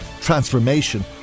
transformation